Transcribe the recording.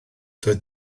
doedd